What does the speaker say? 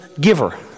giver